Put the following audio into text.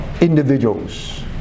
individuals